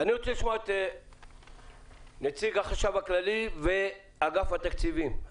אני רוצה לשמוע את נציג החשב הכללי ואת נציג אגף התקציבים.